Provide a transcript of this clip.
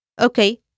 Okay